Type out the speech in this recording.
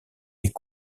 est